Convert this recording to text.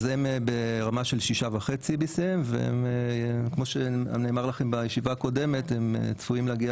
הם ברמה שלBCM 6.5 וכמו שנאמר לכם בישיבה הקודמת הם אמורים להגיע